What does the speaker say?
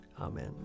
Amen